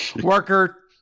Worker